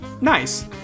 nice